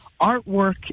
artwork